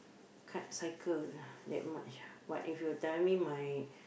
can't cycle that much what if you tell me my